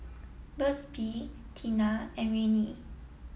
Burt's Bee Tena and Rene